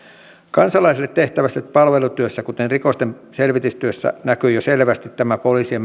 kansalaisille tehtävässä palvelutyössä kuten rikostenselvitystyössä näkyy jo selvästi tämä poliisien